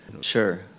sure